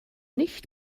nicht